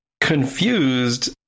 confused